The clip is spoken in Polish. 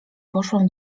poszłam